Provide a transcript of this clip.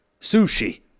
Sushi